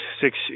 six